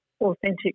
authentic